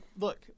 look